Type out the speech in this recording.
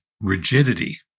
rigidity